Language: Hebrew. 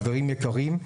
חברים יקרים,